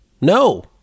No